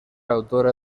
autora